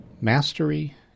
Mastery